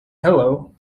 hello